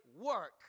work